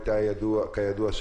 כידוע,